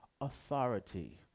authority